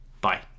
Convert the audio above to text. Bye